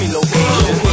location